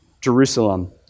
Jerusalem